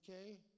okay